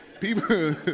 People